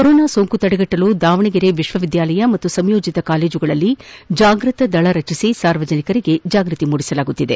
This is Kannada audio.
ಕೊರೋನಾ ಸೋಂಕು ತಡೆಗಟ್ಟಲು ದಾವಣಗೆರೆ ವಿಶ್ವವಿದ್ಯಾಲಯ ಪಾಗೂ ಸಂಯೋಜಿತ ಕಾಲೇಜುಗಳಲ್ಲಿ ಜಾಗೃತ ದಳ ರಚಿಸಿ ಸಾರ್ವಜನಿಕರಲ್ಲಿ ಜಾಗೃತಿ ಮೂಡಿಸಲಾಗುತ್ತಿದೆ